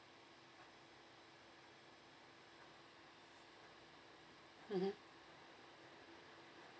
mmhmm